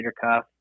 cuff